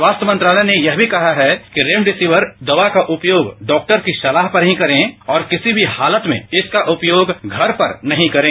स्वास्थ्य मंत्रालय ने यह भी कहा है कि रेमेडेसिविर दवा का उपयोग डॉक्टर की सलाह पर ही करें और किसी भी हालत में इसका उपयोग घर पर नहीं करें